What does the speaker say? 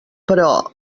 però